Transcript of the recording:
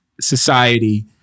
society